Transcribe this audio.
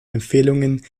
empfehlungen